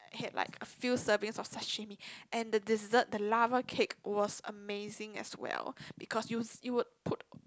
I had like a few servings of sashimi and the dessert the lava cake was amazing as well because you you would put